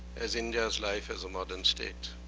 as india's life as a modern state.